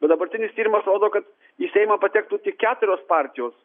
o dabartinis tyrimas rodo kad į seimą patektų tik keturios partijos